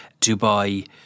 Dubai